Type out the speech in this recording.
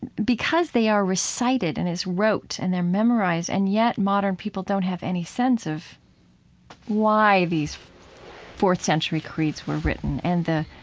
because they are recited and it's rote and they're memorized and yet modern people don't have any sense of why these fourth century creeds were written and the,